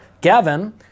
Gavin